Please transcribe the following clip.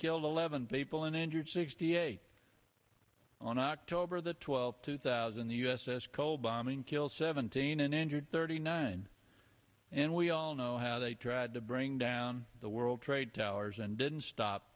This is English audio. killed eleven people and injured sixty eight on october the twelfth two thousand the u s s cole bombing killed seventeen and injured thirty nine and we all know how they tried to bring down the world trade towers and didn't stop